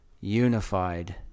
unified